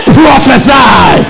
prophesy